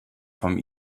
from